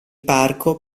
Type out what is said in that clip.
parco